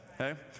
okay